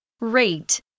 Rate